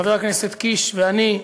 חבר הכנסת קיש ואני,